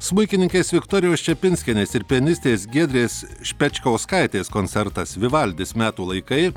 smuikininkės viktorijos čepinskienės ir pianistės giedrės špečkauskaitės koncertas vivaldis metų laikai